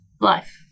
life